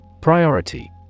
Priority